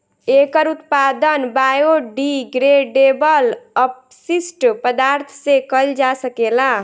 एकर उत्पादन बायोडिग्रेडेबल अपशिष्ट पदार्थ से कईल जा सकेला